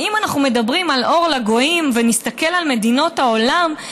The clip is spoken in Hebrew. ואם אנחנו מדברים על אור לגויים ולהסתכל על מדינות העולם,